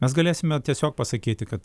mes galėsime tiesiog pasakyti kad